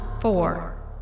Four